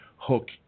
Hook